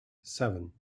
seven